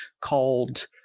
called